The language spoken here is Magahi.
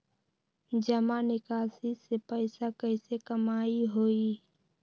जमा निकासी से पैसा कईसे कमाई होई?